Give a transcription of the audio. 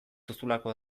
duzulako